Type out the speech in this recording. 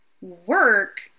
work